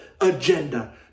agenda